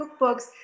cookbooks